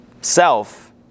self